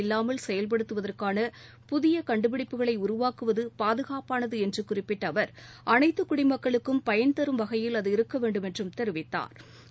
இல்லாமல் செயல்படுத்துவதற்கான புதிய கண்டுபிடிப்புகளை உருவாக்குவது பாதுகாப்பானது என்று குறிப்பிட்ட அவர் அனைத்து குடிமக்களுக்கும் பயன்தரும் வகையில் இருக்க வேண்டுமென்றும் தெரிவித்தாா்